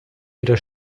wieder